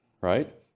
right